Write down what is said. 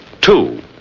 Two